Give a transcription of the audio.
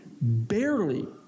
barely